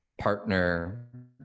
partner